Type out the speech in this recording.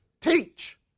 teach